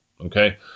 Okay